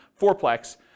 fourplex